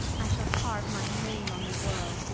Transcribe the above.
i shall carve my name on the world,